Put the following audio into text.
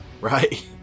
Right